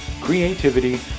creativity